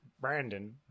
Brandon